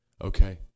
okay